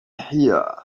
here